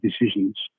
decisions